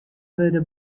wurde